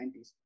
1990s